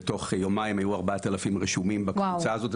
ובתוך יומיים היו 4,000 רשומים בקבוצה הזאת.